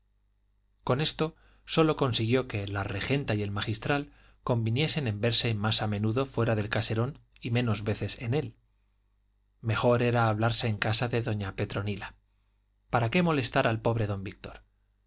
con esto sólo consiguió que la regenta y el magistral conviniesen en verse más a menudo fuera del caserón y menos veces en él mejor era hablarse en casa de doña petronila para qué molestar al pobre don víctor